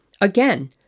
Again